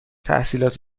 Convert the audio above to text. تحصیلات